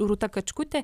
rūta kačkutė